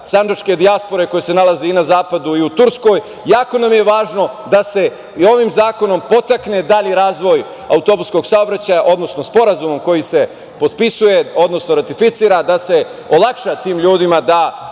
sandžačke dijaspore koja se nalazi na zapadu i u Turskoj. Jako nam je važno da se i ovim zakonom podstakne dalji razvoj autobuskog saobraćaja, odnosno sporazumom koji se potpisuje, odnosno ratifikuje da se olakša tim ljudima da